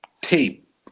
tape